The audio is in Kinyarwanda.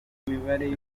kwihanganira